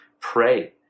Pray